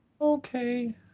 Okay